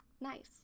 nice